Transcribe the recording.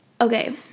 Okay